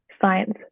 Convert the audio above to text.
science